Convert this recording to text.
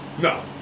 No